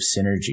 synergy